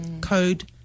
code